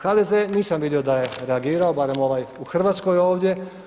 HDZ nisam vidio da je reagirao, barem ovaj u Hrvatskoj ovdje.